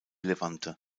levante